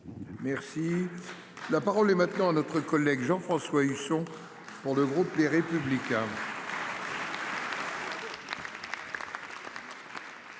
Merci. La parole est maintenant à notre collègue Jean-François Husson, pour le groupe Les Républicains.